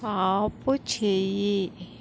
ఆపుచెయ్యి